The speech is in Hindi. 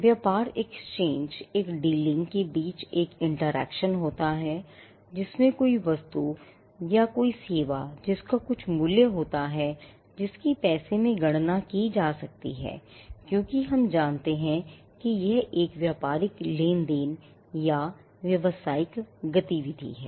व्यापार exchange एक dealing के बीच एक interaction होता है जिसमें कोई वस्तु या कोई सेवा जिसका कुछ मूल्य होता है जिसकी पैसे में गणना की जा सकती हैक्योंकि हम जानते हैं कि यह एक व्यापारिक लेनदेन या व्यावसायिक गतिविधि है